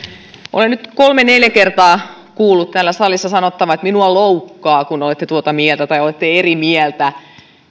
olen nyt kolme neljä kertaa kuullut täällä salissa sanottavan että minua loukkaa kun olette tuota mieltä kun olette eri mieltä